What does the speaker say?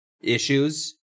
issues